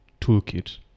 toolkit